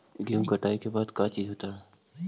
गेहूं कटाई के बाद का चीज होता है?